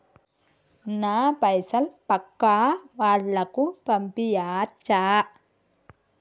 నా పైసలు పక్కా వాళ్ళకు పంపియాచ్చా?